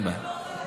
אין בעיה,